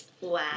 Wow